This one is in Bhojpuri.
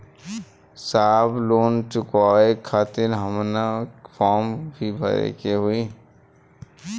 साहब लोन चुकावे खातिर कवनो फार्म भी भरे के होइ?